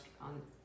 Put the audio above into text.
on